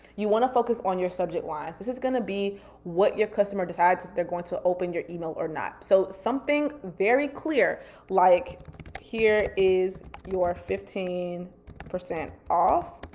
you wanna focus on your subject line. is it gonna be what your customer decides if they're going to open your email or not? so something very clear like here is your fifteen percent off.